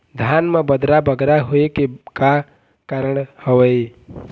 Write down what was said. धान म बदरा बगरा होय के का कारण का हवए?